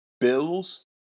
bills